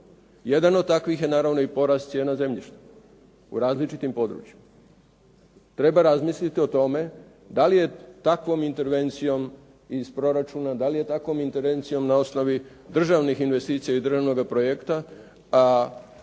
Jedan od takvih je naravno i porast cijena zemljišta u različitim područjima. Treba razmisliti o tome da li je takvom intervencijom iz proračuna, da li je takvom intervencija na osnovi državnih investicija iz državnoga projekta